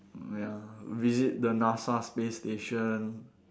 ya visit the Nasa space station